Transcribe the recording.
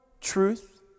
truth